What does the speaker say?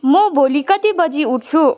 म भोलि कति बजी उठ्छु